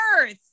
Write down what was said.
earth